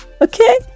okay